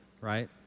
right